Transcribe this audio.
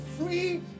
free